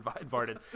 invited